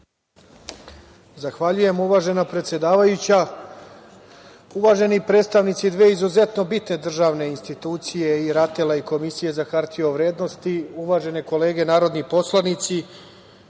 Zahvaljujem uvažena predsedavajuća. Uvaženi predstavnici dve izuzetno bitne državne institucije, i RATEL-a i Komisije za hartije od vrednosti, uvažene kolege narodni poslanici,